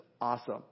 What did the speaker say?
awesome